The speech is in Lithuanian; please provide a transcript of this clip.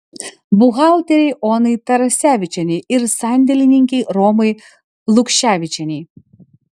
buhalterei onai tarasevičienei ir sandėlininkei romai lukševičienei